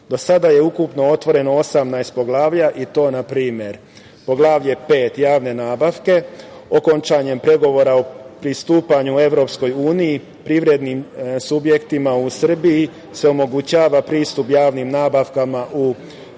sada je ukupno otvoreno 18 poglavlja i to na primer, Poglavlje 5. javne nabavke, okončanjem pregovora pristupanju EU privrednim subjektima u Srbiji se omogućava pristup javnim nabavkama u EU